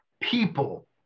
people